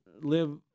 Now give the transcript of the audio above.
live